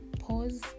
pause